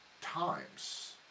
times